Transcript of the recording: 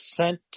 sent